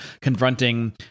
confronting